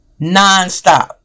nonstop